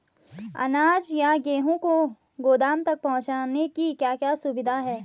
अनाज या गेहूँ को गोदाम तक पहुंचाने की क्या क्या सुविधा है?